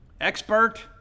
Expert